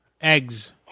eggs